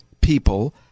people